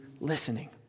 listening